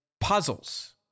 puzzles